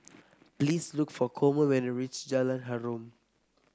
please look for Coleman when you reach Jalan Harum